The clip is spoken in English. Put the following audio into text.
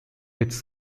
its